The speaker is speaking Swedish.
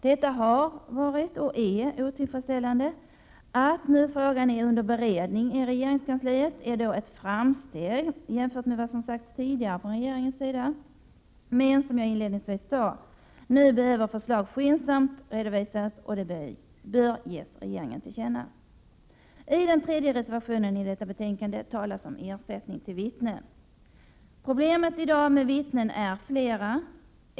Detta har varit och är otillfredsställande. Att nu frågan är under beredning i regeringskansliet är ett framsteg jämfört med vad som sagts tidigare från regeringens sida, men, som jag inledningsvis sade, behöver förslag skyndsamt redovisas, och detta bör ges regeringen till känna. I den tredje reservationen i detta betänkande talas om ersättning till vittnen. Problemen i dag med vittnen är flera.